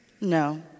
No